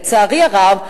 לצערי הרב,